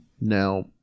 Now